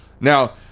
Now